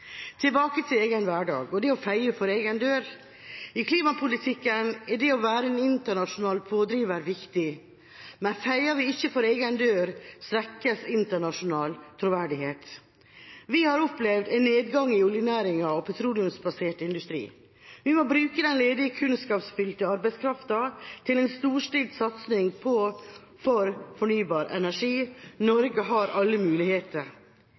Tilbake til egen hverdag og det å feie for egen dør: I klimapolitikken er det å være en internasjonal pådriver viktig, men feier vi ikke for egen dør, svekkes internasjonal troverdighet. Vi har opplevd en nedgang i oljenæringen og i petroleumsbasert industri. Vi må bruke den ledige, kunnskapsfylte arbeidskraften til en storstilt satsing på fornybar energi. Norge har alle muligheter!